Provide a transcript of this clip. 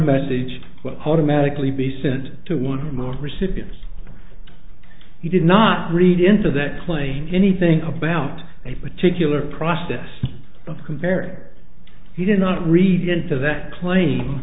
message automatically be sent to one or more recipients he did not read into that claim anything about a particular process of comparing he did not read into that cla